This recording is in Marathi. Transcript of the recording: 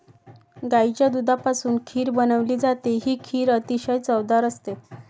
गाईच्या दुधापासून खीर बनवली जाते, ही खीर अतिशय चवदार असते